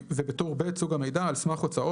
טור ב' סוג המידע מידע על סך הוצאות